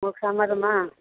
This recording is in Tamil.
உங்களுக்கு சம்மதமா